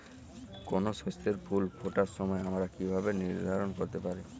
কোনো শস্যের ফুল ফোটার সময় আমরা কীভাবে নির্ধারন করতে পারি?